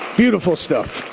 beautiful stuff.